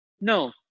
no